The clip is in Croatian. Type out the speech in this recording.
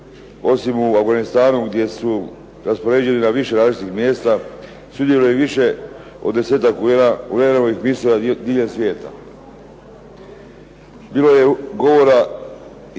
osim u Afganistanu gdje su raspoređeni na više različitih mjesta, sudjeluje i više od 10-ak UN-ovih misija diljem svijeta. Bilo je govora i